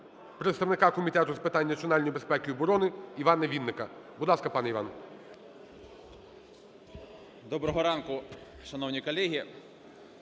представника Комітету з питань національної безпеки і оброни Івана Вінника. Будь ласка, пане Іван. 10:21:01 ВІННИК І.Ю. Доброго ранку, шановні колеги.